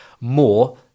more